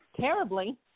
terribly